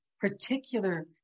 particular